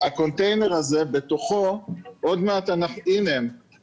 זה חידוש שעוד מעט נחשוף במשרד התחבורה.